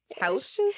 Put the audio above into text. house